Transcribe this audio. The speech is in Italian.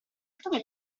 fai